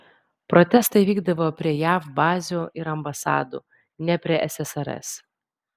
protestai vykdavo prie jav bazių ir ambasadų ne prie ssrs